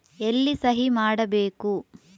ಎಲ್ಲಿ ಸಹಿ ಮಾಡಬೇಕು?